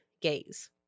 gaze